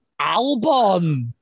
Albon